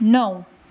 णव